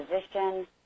physician